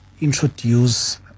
introduce